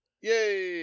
Yay